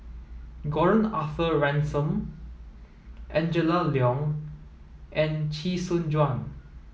Gordon Arthur Ransome Angela Liong and Chee Soon Juan